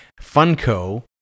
Funko